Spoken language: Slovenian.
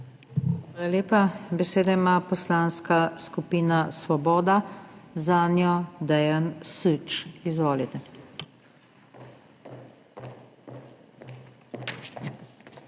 Hvala lepa. Besedo ima Poslanska skupina Svoboda, zanjo Dejan Süč. Izvolite. **DEJAN